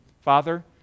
Father